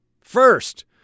first